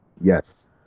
yes